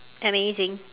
amazing